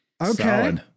Okay